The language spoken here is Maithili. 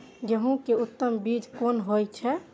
गेंहू के उत्तम बीज कोन होय छे?